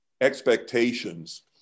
expectations